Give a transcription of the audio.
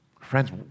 Friends